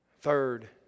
Third